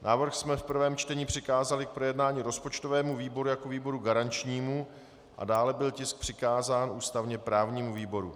Návrh jsme v prvém čtení přikázali k projednání rozpočtovému výboru jako výboru garančnímu a dále byl tisk přikázán ústavněprávnímu výboru.